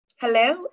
Hello